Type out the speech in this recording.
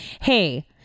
Hey